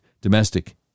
domestic